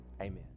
amen